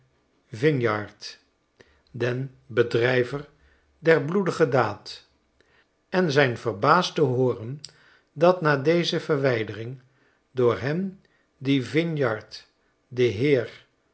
vinyard den bedrijver der bloedige daad en zijn verbaasd te hooren dat na deze verwydering door hen die vinyard den heer